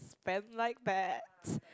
spend like that